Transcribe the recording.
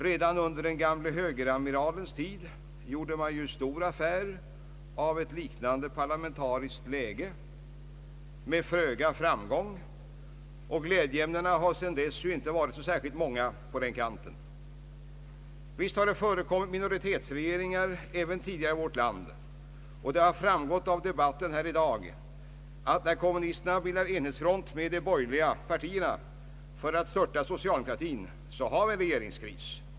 Redan under den gamle högeramiralens tid gjorde man stor affär av ett liknande parlamentariskt läge, med föga framgång. Glädjeämnena har sedan dess inte varit särskilt många på den kanten. Visst har det förekommit minoritetsregeringar även tidigare i vårt land, och det har framgått av dagens debatt att när kommunisterna bildar enhetsfront med de borgerliga partierna för att störta socialdemokratin har vi en regeringskris.